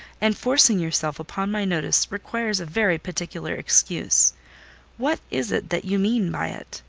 and forcing yourself upon my notice, requires a very particular excuse what is it, that you mean by it?